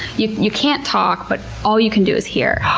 you you can't talk. but all you can do is hear.